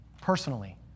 personally